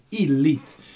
elite